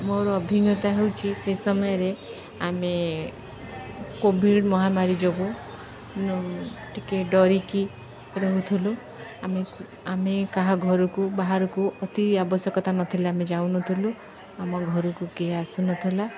ମୋର ଅଭିଜ୍ଞତା ହେଉଛି ସେ ସମୟରେ ଆମେ କୋଭିଡ଼୍ ମହାମାରୀ ଯୋଗୁଁ ଟିକେ ଡରିକି ରହୁଥିଲୁ ଆମେ ଆମେ କାହା ଘରକୁ ବାହାରକୁ ଅତି ଆବଶ୍ୟକତା ନଥିଲେ ଆମେ ଯାଉନଥିଲୁ ଆମ ଘରକୁ କିଏ ଆସୁନଥିଲା